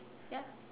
ya